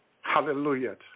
Hallelujah